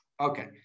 Okay